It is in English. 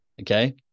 okay